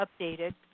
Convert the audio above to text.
updated